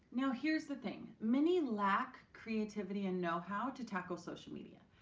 now here's the thing, many lack creativity and know-how to tackle social media.